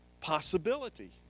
possibility